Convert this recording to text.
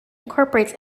incorporates